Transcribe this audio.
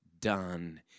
done